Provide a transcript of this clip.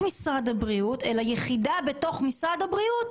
משרד הבריאות אלא יחידה בתוך משרד בריאות.